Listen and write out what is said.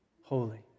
holy